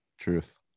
Truth